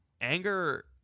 anger